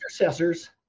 intercessors